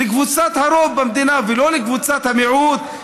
לקבוצת הרוב במדינה ולא לקבוצת המיעוט.